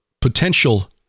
potential